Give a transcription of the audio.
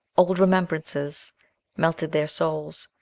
old remembrances melted their souls.